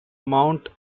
mount